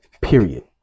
period